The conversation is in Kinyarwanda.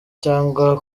cyangwa